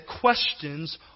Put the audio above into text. questions